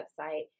website